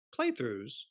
playthroughs